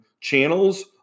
channels